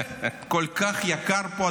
כל כך יקר פה,